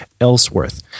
Ellsworth